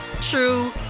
true